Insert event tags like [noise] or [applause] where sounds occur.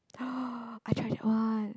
[noise] I tried that one